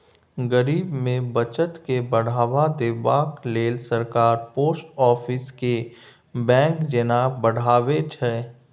गरीब मे बचत केँ बढ़ावा देबाक लेल सरकार पोस्ट आफिस केँ बैंक जेना बढ़ाबै छै